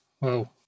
Wow